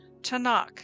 Tanakh